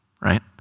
right